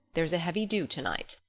there's a heavy dew tonight.